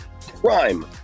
prime